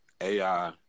AI